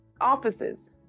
offices